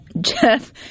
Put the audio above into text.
Jeff